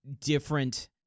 different